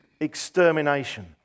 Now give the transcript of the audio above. extermination